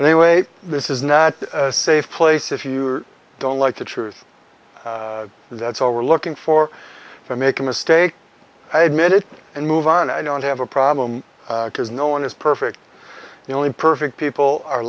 they way this is now a safe place if you don't like the truth that's all we're looking for if i make a mistake i admit it and move on i don't have a problem because no one is perfect the only perfect people are